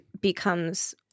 becomes